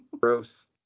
Gross